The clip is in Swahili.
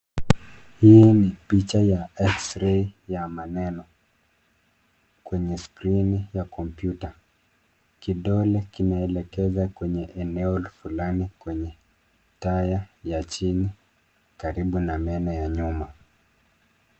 Hii ni picha ya X-ray ya maneno kwenye skrini ya kompyuta. Kidole kimeelekeza kwenye eneo fulani kwenye taya ya chini karibu na meno ya nyuma.